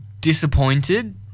disappointed